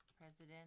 president